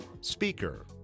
speaker